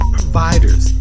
Providers